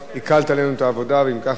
אנחנו נעבור להצבעה.